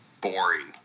boring